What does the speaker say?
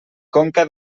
conca